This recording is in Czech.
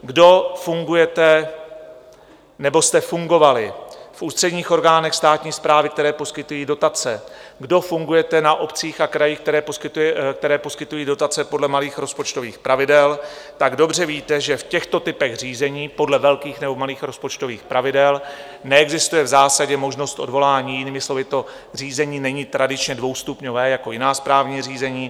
Kdo fungujete nebo jste fungovali v ústředních orgánech státní správy, které poskytují dotace, kdo fungujete na obcích a krajích, které poskytují dotace podle malých rozpočtových pravidel, dobře víte, že v těchto typech řízení podle velkých nebo malých rozpočtových pravidel neexistuje v zásadě možnost odvolání, jinými slovy, to řízení není tradičně dvoustupňové jako jiná správní řízení.